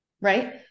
right